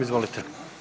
Izvolite.